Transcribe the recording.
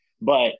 but-